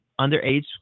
underage